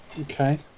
Okay